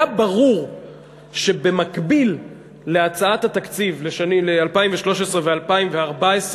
היה ברור שבמקביל להצעת התקציב ל-2013 ו-2014,